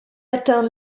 atteint